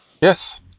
Yes